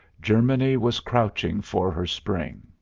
germany was crouching for her spring.